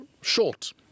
short